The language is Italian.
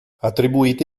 attribuiti